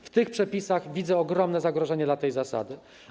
W tych przepisach widzę ogromne zagrożenie dla tej zasady.